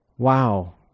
Wow